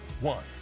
one